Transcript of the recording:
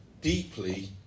deeply